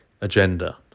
agenda